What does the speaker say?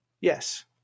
Yes